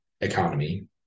economy